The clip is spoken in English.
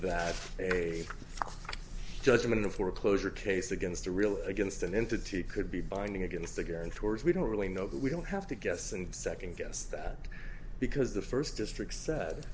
that a judge in the foreclosure case against a real against an entity could be binding against the guarantors we don't really know that we don't have to guess and second guess that because the first district sa